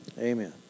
Amen